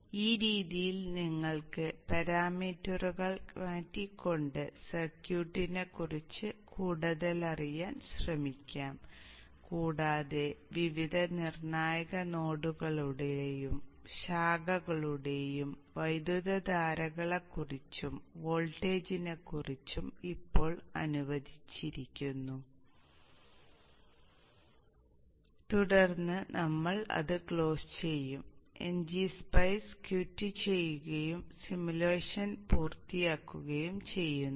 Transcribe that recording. അതിനാൽ ഈ രീതിയിൽ നിങ്ങൾക്ക് പരാമീറ്ററുകൾ മാറ്റിക്കൊണ്ട് സർക്യൂട്ടിനെക്കുറിച്ച് കൂടുതലറിയാൻ ശ്രമിക്കാം കൂടാതെ വിവിധ നിർണായക നോഡുകളുടെയും പൂർത്തിയാക്കുകയും ചെയ്യുന്നു